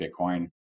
Bitcoin